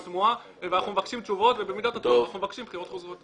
תמוהה ואנחנו מבקשים תשובות ובמידת הצורך אנחנו מבקשים בחירות חוזרות.